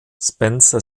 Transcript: spencer